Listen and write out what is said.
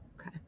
Okay